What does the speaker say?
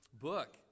book